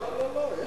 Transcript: לא, לא, לא.